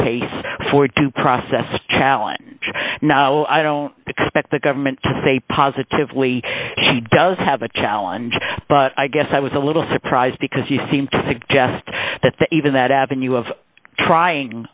case forward to process challenge no i don't expect the government to say positively she does have a challenge but i guess i was a little surprised because you seem to suggest that the even that avenue of trying